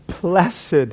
blessed